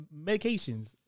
medications